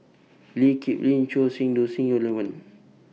Lee Kip Lin Choor Singh Sidhu Lee Wen